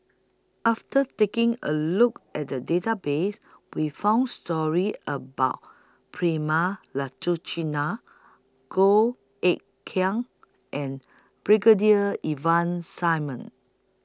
after taking A Look At The Database We found stories about Prema Goh Eck Kheng and Brigadier Ivan Simson